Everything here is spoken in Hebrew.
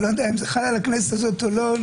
אני לא יודע אם זה חל על הכנסת הזאת או לא,